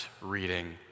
reading